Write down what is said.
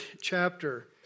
chapter